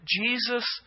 Jesus